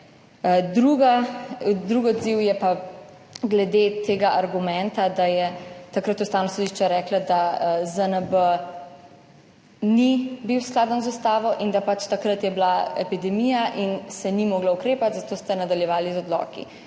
Drugi odziv je pa glede argumenta, da je takrat Ustavno sodišče reklo, da ZNB ni bil skladen z ustavo in da je takrat bila epidemija in se ni moglo ukrepati, zato ste nadaljevali z odloki.